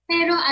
Pero